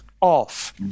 off